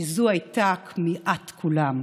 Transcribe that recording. כי זו הייתה כמיהת כולם.